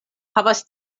havas